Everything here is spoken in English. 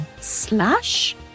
slash